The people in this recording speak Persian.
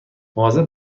مواظب